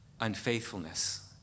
unfaithfulness